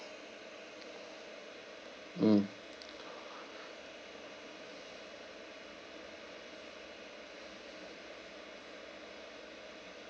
mm